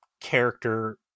character